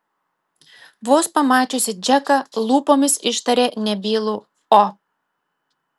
vos pamačiusi džeką lūpomis ištarė nebylų o